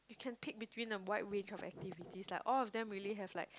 you can pick between a wide range of activities like all of them really have like